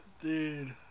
Dude